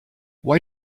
why